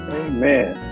amen